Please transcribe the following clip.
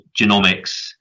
genomics